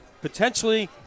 potentially